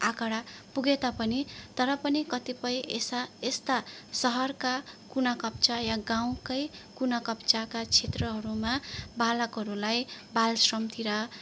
आँकडा पुगे तापनि तर पनि कतिपय यस यस्ता सहरका कुना काप्चा या गाउँकै कुना काप्चाका क्षेत्रहरूमा बालकहरूलाई बालश्रमतिर